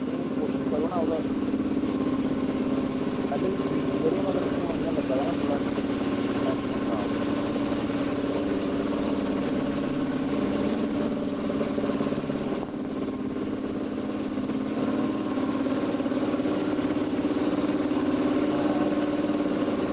नेईं हून कोशिश करो ना ओह्दा पैह्लें ते ठीक दिंदे रेह् ते हून इ'यां लग्गै दा ना थोह्ड़ा ऐहियां खराब आं